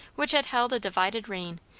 which had held a divided reign,